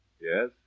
Yes